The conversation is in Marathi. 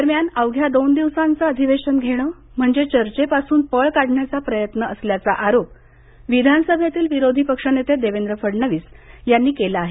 दरम्यान अवघ्या दोन दिवसांचं अधिवेशन घेणं म्हणजे चर्चेपासून पळ काढण्याचा प्रयत्न असल्याचा आरोप विधान सभेतील विरोधी पक्षनेते देवेंद्र फडणवीस यांनी केला आहे